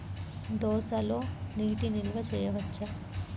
దోసలో నీటి నిల్వ చేయవచ్చా?